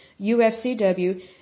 UFCW